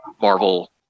Marvel